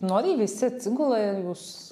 noriai visi atsigula jūs